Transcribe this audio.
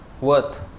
worth